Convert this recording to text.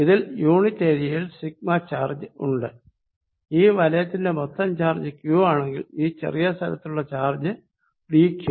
ഇതിൽ യൂണിറ്റ് ഏരിയയിൽ σ ചാർജ് ഉണ്ട് ഈ വലയത്തിന്റെ മൊത്തം ചാർജ് Q എങ്കിൽ ഈ ചെറിയ സ്ഥലത്തു ചാർജ് dQ